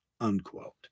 unquote